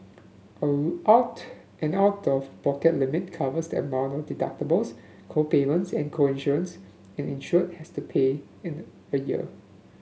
out an out of pocket limit covers the amount of deductibles co payments and co insurance an insured has to pay in a year